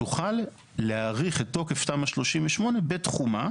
תוכל להאריך את תוקף תמ"א 38 בתחומה,